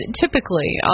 typically